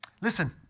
Listen